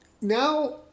Now